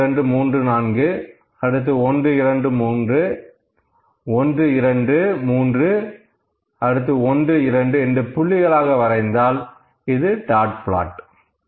1 2 3 4 1 2 3 1 2 3 1 2 என்று புள்ளிகளாக வரைந்தால் இது டாட் பிளாட்